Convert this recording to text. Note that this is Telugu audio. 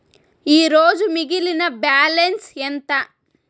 ఈరోజు మిగిలిన బ్యాలెన్స్ ఎంత?